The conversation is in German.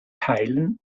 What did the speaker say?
heilen